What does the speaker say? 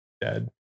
dead